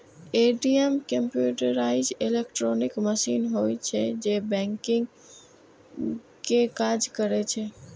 ATM computerised electronic machine होइ छै, जे बैंकिंग के काज करै छै